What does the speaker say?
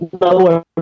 lower